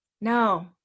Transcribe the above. No